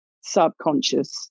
subconscious